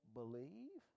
believe